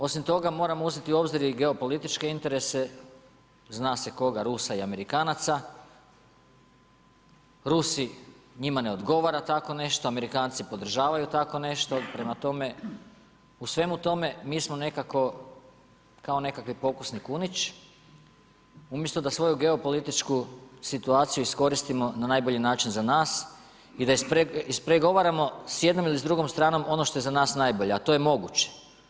Osim toga moramo uzeti u obzir i geopolitičke interese, zna se koga, Rusa i Amerikanaca, Rusi njima ne odgovara tako nešto, Amerikanci podržavaju tako nešto, prema tome u svemu tome mi smo nekako kao nekakvi pokusni kunić, umjesto da svoju geopolitičku situaciju iskoristimo na najbolji način za nas i da ispregovaramo s jednom ili s drugom stranom ono što je za nas najbolje, a to je moguće.